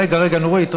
רגע, רגע, נורית.